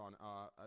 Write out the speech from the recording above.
on